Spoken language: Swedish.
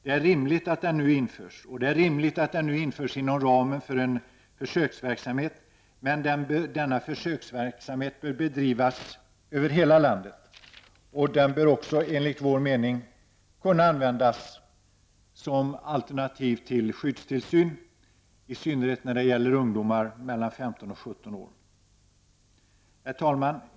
Det är rimligt att den nu införs och att det görs inom ramen för en försöksverksamhet. Denna försöksverksamhet bör dock bedrivas över hela landet. Den bör också enligt vår mening kunna användas som alternativ till skyddstillsyn, i synnerhet när det gäller ungdomar mellan 15 och 17 år. Herr talman!